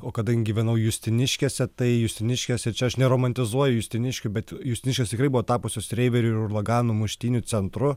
o kadangi gyvenau justiniškėse tai justiniškėse čia aš neromantizuoju justiniškių bet justiniškės tikrai buvo tapusios reiverių ir urlaganų muštynių centru